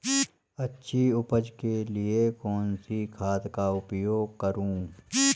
अच्छी उपज के लिए कौनसी खाद का उपयोग करूं?